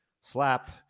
slap